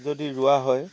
যদি ৰোৱা হয়